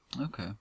Okay